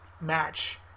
match